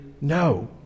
no